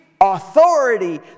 authority